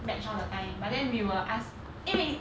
match all the time but then we will ask 因为